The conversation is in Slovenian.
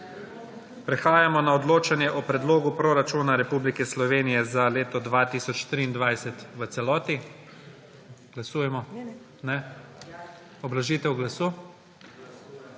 Prehajamo na odločanje o predlogu proračuna Republike Slovenije za leto 2023 v celoti. Obrazložitev glasu?